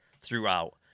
throughout